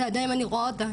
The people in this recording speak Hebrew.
שעדיין אני רואה אותה,